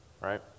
Right